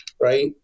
right